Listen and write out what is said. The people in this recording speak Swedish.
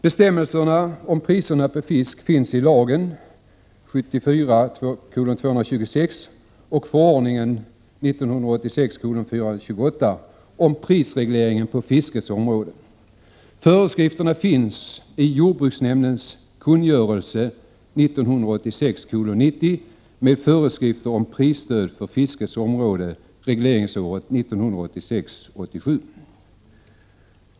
Bestämmelserna om priserna på fisk finns i lagen 1974:226 och förordningen 1986:428 om prisregleringen på fiskets område. Föreskrifter finns i jordbruksnämndens kungörelse 1986:90 med föreskrifter om prisstöd på fiskets område regleringsåret 1986/87.